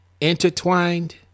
intertwined